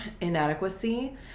inadequacy